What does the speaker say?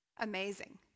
Amazing